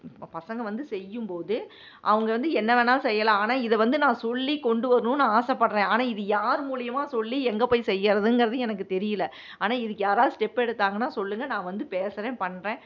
நம்ம பசங்க வந்து செய்யும்போது அவங்க வந்து என்ன வேணாலும் செய்யலாம் ஆனால் இதை வந்து நான் சொல்லி கொண்டு வரணுன்னு ஆசைப்பட்றேன் ஆனால் இது யார் மூலிமா சொல்லி எங்கே போய் செய்கிறதுங்கிறது எனக்கு தெரியல ஆனால் இதுக்கு யாராவது ஸ்டெப் எடுத்தாங்கன்னால் சொல்லுங்கள் நான் வந்து பேசறேன் பண்றேன்